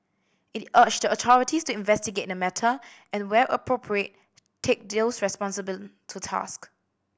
it urged the authorities to investigate the matter and where appropriate take those responsible to task